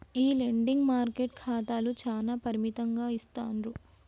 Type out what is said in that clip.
ఈ లెండింగ్ మార్కెట్ల ఖాతాలు చానా పరిమితంగా ఇస్తాండ్రు